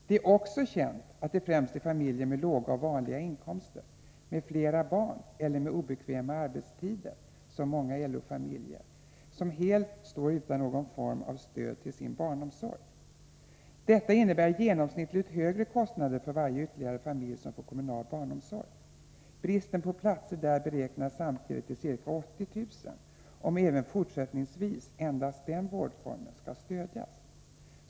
Det är också känt att det främst är familjer med låga och vanliga inkomster, med flera barn eller med obekväma arbetstider, vilket många LO-familjer har, som helt står utan någon form av stöd till sin barnomsorg. Detta innebär i genomsnitt högre kostnader för varje ytterligare familj som får kommunal barnomsorg. Bristen på platser där beräknas samtidigt till ca 80 000, om även fortsättningsvis endast den vårdformen skall stödjas.